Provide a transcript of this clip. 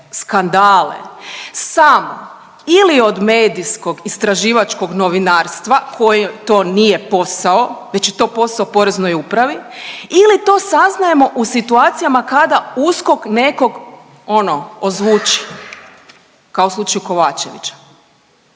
skandale samo ili od medijskog istraživačkog novinarstva kojem to nije posao već je to posao Poreznoj upravi ili to saznajemo u situacijama kada USKOK nekog ono ozvuči, kao u slučaju Kovačevića.